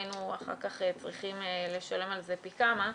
היינו צריכים אחר-כך לשלם את זה פי כמה.